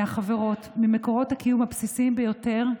מהחברות וממקורות הקיום הבסיסיים ביותר,